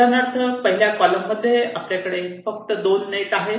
उदाहरणार्थ पहिल्या कॉलम मध्ये आपल्याकडे फक्त 2 नेट आहेत